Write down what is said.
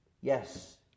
Yes